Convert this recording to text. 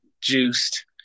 juiced